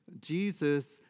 Jesus